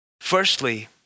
Firstly